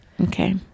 Okay